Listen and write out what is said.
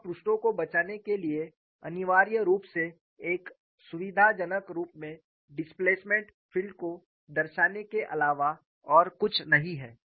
यह पृष्ठों को बचाने के लिए अनिवार्य रूप से एक सुविधाजनक रूप में डिस्प्लेसमेंट फील्ड को दर्शाने के अलावा और कुछ नहीं है